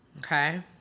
Okay